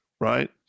Right